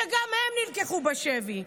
שגם הן נלקחו בשבי.